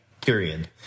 period